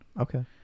Okay